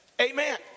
Amen